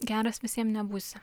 geras visiem nebūsi